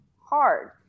hard